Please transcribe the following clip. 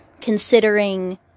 considering